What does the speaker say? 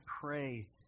pray